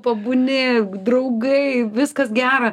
pabūni draugai viskas gera